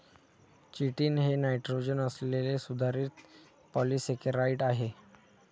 chitin हे nitrogen असलेले सुधारित पॉलिसेकेराइड आहे